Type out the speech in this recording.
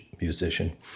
musician